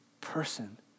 person